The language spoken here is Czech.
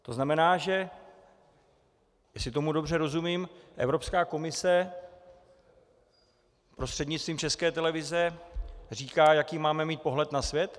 To znamená, jestli tomu dobře rozumím, že Evropská komise prostřednictvím České televize říká, jaký máme mít pohled na svět?